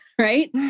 right